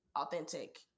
authentic